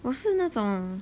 我是那种